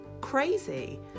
crazy